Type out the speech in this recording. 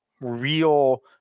real